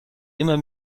immer